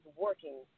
working